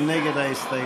מי נגד ההסתייגות?